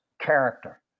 character